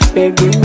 Baby